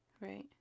Right